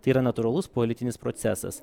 tai yra natūralus politinis procesas